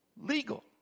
legal